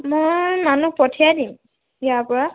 মই মানুহ পঠিয়াই দিম ইয়াৰ পৰা